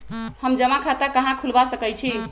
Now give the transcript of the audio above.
हम जमा खाता कहां खुलवा सकई छी?